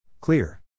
Clear